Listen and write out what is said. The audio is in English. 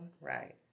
Right